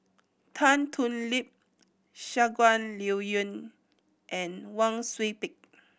Tan Thoon Lip Shangguan Liuyun and Wang Sui Pick